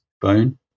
bone